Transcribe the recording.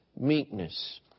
meekness